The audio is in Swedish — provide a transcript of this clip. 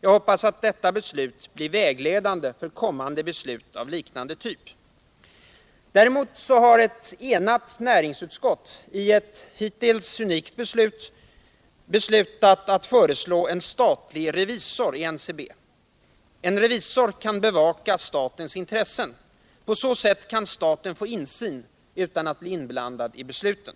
Jag hoppas att detta beslut blir vägledande för kommande beslut av liknande typ. Däremot har ett enat näringsutskott, i ett hittills unikt beslut, föreslagit en statlig revisor i NCB. En revisor kan bevaka statens intressen. På så sätt kan staten få insyn utan att bli inblandad i besluten.